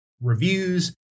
reviews